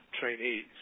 trainees